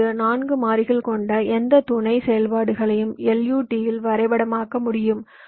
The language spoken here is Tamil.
இப்போது 4 மாறிகள் கொண்ட எந்த துணை செயல்பாடுகளையும் LUT இல் வரைபடமாக்க முடியும்